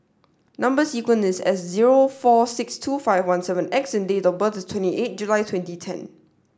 number sequence is S zero four six two five one seven X and date of birth is twenty eight July twenty ten